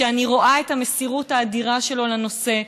שאני רואה את המסירות האדירה שלו לנושא,